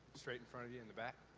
straight in front of you, in the back.